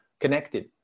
connected